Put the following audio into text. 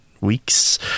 weeks